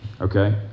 Okay